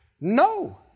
No